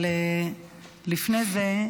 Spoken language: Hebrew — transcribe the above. אבל לפני זה,